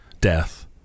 death